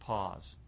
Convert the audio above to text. Pause